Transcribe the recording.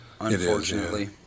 unfortunately